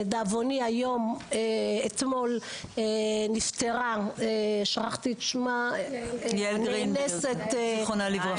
לדאבוני אתמול נפטרה --- יעל גרינברג זיכרונה לברכה.